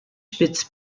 spitz